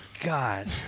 God